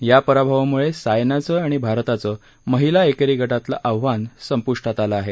या पराभवाम्ळे सायनाचं आणि भारताचं महिला एकेरी गटातलं आव्हान संप्ष्टात आलं आहे